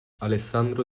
alessandro